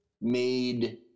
made